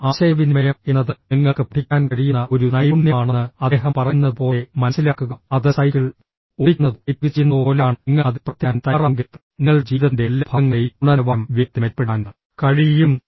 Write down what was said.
എന്നാൽ ആശയവിനിമയം എന്നത് നിങ്ങൾക്ക് പഠിക്കാൻ കഴിയുന്ന ഒരു നൈപുണ്യമാണെന്ന് അദ്ദേഹം പറയുന്നതുപോലെ മനസിലാക്കുക അത് സൈക്കിൾ ഓടിക്കുന്നതോ ടൈപ്പിംഗ് ചെയ്യുന്നതോ പോലെയാണ് നിങ്ങൾ അതിൽ പ്രവർത്തിക്കാൻ തയ്യാറാണെങ്കിൽ നിങ്ങളുടെ ജീവിതത്തിന്റെ എല്ലാ ഭാഗങ്ങളുടെയും ഗുണനിലവാരം വേഗത്തിൽ മെച്ചപ്പെടുത്താൻ കഴിയും